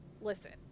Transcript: listen